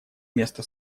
место